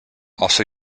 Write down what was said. also